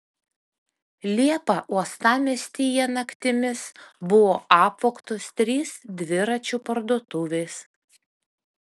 liepą uostamiestyje naktimis buvo apvogtos trys dviračių parduotuvės